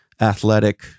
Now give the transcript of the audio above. athletic